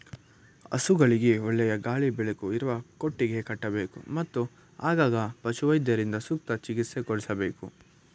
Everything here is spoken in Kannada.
ಹಸುಗಳಿಗೆ ಒಳ್ಳೆಯ ಗಾಳಿ ಬೆಳಕು ಇರುವ ಕೊಟ್ಟಿಗೆ ಕಟ್ಟಬೇಕು, ಮತ್ತು ಆಗಾಗ ಪಶುವೈದ್ಯರಿಂದ ಸೂಕ್ತ ಚಿಕಿತ್ಸೆ ಕೊಡಿಸಬೇಕು